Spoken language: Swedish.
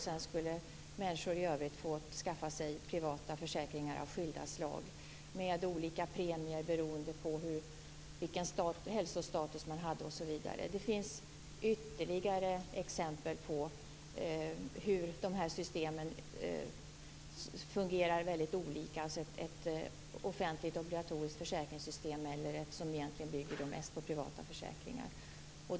Sedan skulle människor i övrigt få skaffa sig privata försäkringar av skilda slag med olika premier beroende på hälsa och status osv. Det finns ytterligare exempel på hur olika systemen fungerar, dvs. ett offentligt obligatoriskt försäkringssystem eller ett som bygger på privata försäkringar.